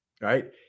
right